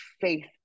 faith